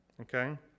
okay